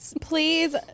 please